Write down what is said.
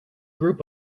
group